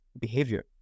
behavior